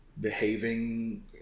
behaving